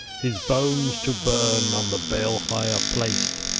his bones to burn, on the balefire placed,